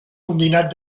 combinat